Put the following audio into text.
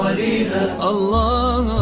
Allah